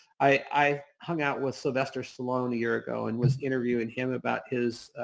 i hung out with sylvester stallone a year ago and was interviewing him about his